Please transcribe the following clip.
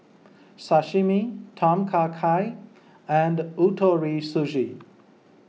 Sashimi Tom Kha Gai and Ootoro Sushi